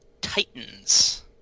Titans